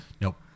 Nope